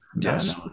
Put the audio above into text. Yes